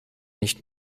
nicht